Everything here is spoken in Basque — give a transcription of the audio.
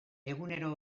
egunero